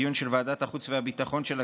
בדיון של ועדת החוץ והביטחון של הכנסת,